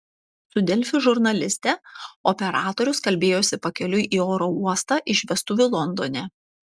su delfi žurnaliste operatorius kalbėjosi pakeliui į oro uostą iš vestuvių londone